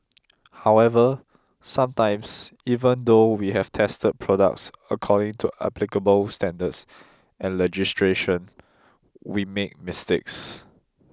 however sometimes even though we have tested products according to applicable standards and legislation we make mistakes